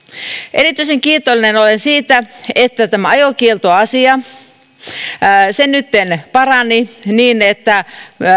erityisen kiitollinen olen siitä että tämä ajokieltoasia nytten parani niin että